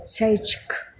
शैक्षिकं